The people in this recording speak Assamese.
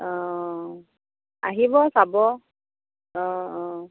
অঁ আহিব চাব অঁ অঁ